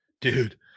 Dude